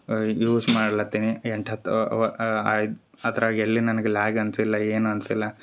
use ಮಾಡ್ಲತಿನಿ ಎಂಟು ಹತ್ತು ವ ಆಯ್ದು ಅದ್ರಾಗ ಎಲ್ಲಿ ನನಗೆ ಲ್ಯಾಗ್ ಅನ್ಸಿಲ್ಲ ಏನು ಅನ್ಸಿಲ್ಲ